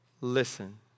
listen